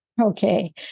Okay